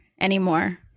anymore